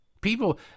People